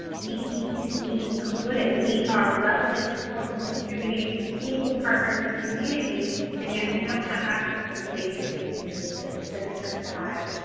we need to be included, we are relevant, important contributing equal partners in community and yet we don't have access to the basic things needed to to thrive.